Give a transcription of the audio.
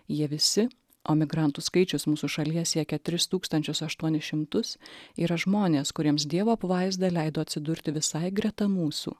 jie visi o migrantų skaičius mūsų šalyje siekia tris tūkstančius aštuonis šimtus yra žmonės kuriems dievo apvaizda leido atsidurti visai greta mūsų